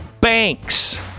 banks